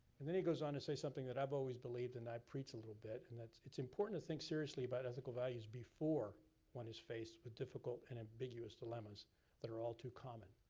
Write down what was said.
and then he goes on to say something that i've always believed and i preach a little bit, and that's, it's important to think seriously about ethical values before one is faced with difficult and ambiguous dilemmas that are all too common.